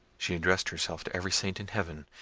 she addressed herself to every saint in heaven,